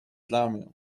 ramię